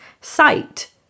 sight